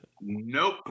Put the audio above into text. nope